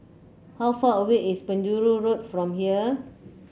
how far away is Penjuru Road from here